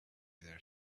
that